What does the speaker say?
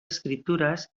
escriptures